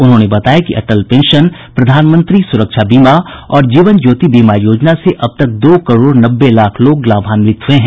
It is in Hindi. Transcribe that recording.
उन्होंने बताया कि अटल पेंशन प्रधानमंत्री सुरक्षा बीमा और जीवन ज्योति बीमा योजना से अब तक दो करोड़ नब्बे लाख लोग लाभान्वित हुए हैं